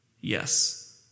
Yes